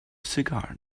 cigar